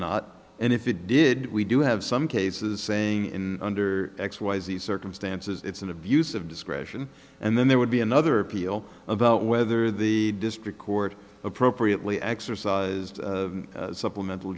not and if it did we do have some cases saying in under x y z circumstances it's an abuse of discretion and then there would be another appeal about whether the district court appropriately exercised supplemental